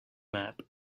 map